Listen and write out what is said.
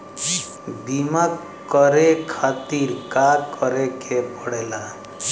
बीमा करे खातिर का करे के पड़ेला?